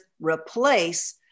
replace